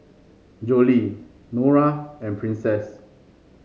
Jolie Norah and Princess